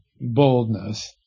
boldness